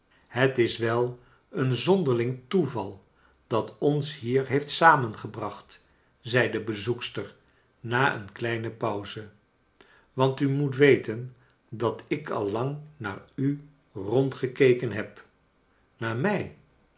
het is wel een zonderling toeval dat ons hier heeft samengebracht zei de bezoekster na een kleine pauze want u moet weten dat ik al lang naar u rondgekeken heb naar mij